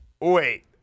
Wait